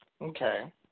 Okay